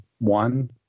one